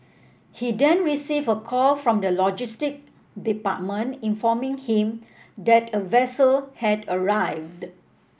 he then received a call from the logistic department informing him that a vessel had arrived